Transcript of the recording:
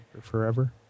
forever